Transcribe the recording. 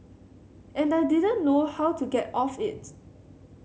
and I didn't know how to get off it